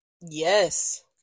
Yes